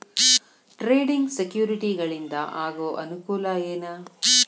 trading ಸೆಕ್ಯುರಿಟಿಗಳಿಂದ ಆಗೋ ಅನುಕೂಲ ಏನ